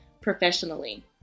professionally